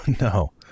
no